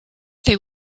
they